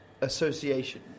association